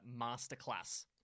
Masterclass